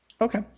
Okay